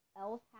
else